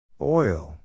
Oil